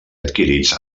adquirits